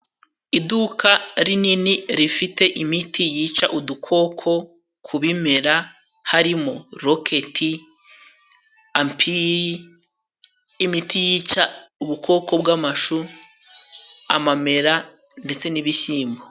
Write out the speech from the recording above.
Iduka rinini rifite imiti yica udukoko ku bimera harimo roketi, ampi, imiti yica ubukoko bw'amashu, amamera ndetse n'ibishyimbo.